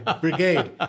brigade